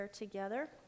together